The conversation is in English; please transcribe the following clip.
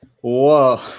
Whoa